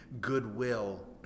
goodwill